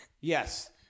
Yes